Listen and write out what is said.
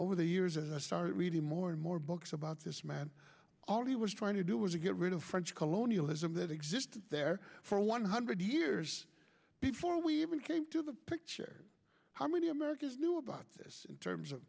over the years as i started reading more and more books about this man all he was trying to do was to get rid of french colonialism that existed there for a one hundred years before we even came to the picture how many americans knew about this in terms of